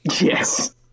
Yes